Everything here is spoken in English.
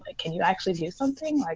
ah can you actually do something? like